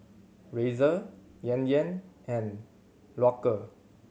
Razer Yan Yan and Loacker